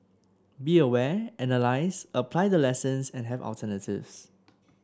be aware analyse apply the lessons and have alternatives